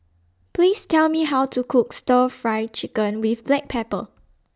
Please Tell Me How to Cook Stir Fry Chicken with Black Pepper